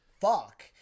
fuck